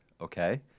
okay